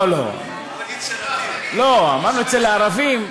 לא, לא, זה מעניין.